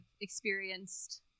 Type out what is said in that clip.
experienced